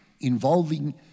involving